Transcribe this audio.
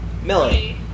Millie